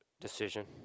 decision